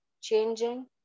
changing